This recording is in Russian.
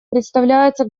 представляется